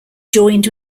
joined